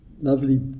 lovely